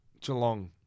Geelong